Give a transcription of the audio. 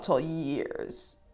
years